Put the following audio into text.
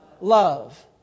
love